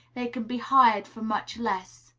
they can be hired for much less.